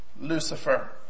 Lucifer